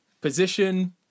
position